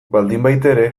baldinbaitere